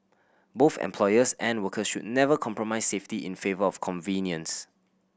both employers and workers should never compromise safety in favour of convenience